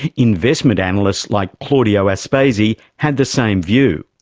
investment analysts like claudio aspesi had the same view.